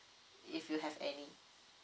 if you have any